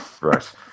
right